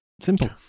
Simple